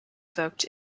evoked